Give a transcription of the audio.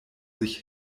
sich